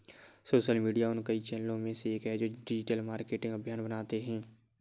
social media उन कई चैनलों में से एक है जो डिजिटल मार्केटिंग अभियान बनाते हैं